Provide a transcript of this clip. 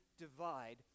divide